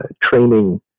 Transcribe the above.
training